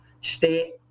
state